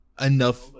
enough